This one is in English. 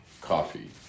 coffee